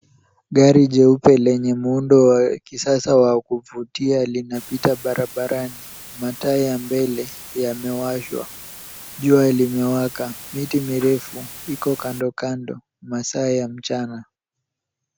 Gari jeupe lenye muundo wa kisasa wa kuvutia linapita barabarani. Mataa ya mbele yamewashwa . Jua limewaka . Miti mirefu iko kando kando. Masaa ya mchana.